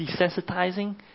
desensitizing